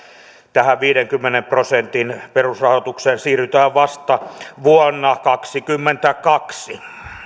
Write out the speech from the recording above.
tähän viidenkymmenen prosentin perusrahoitukseen siirrytään vasta vuonna kaksikymmentäkaksi